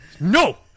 no